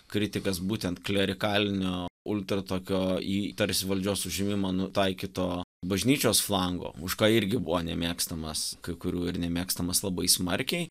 kritikas būtent klerikalinio ulter tokio į tarsi valdžios užėmimą nutaikyto bažnyčios flango už ką irgi buvo nemėgstamas kai kurių ir nemėgstamas labai smarkiai